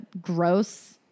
gross